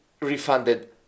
refunded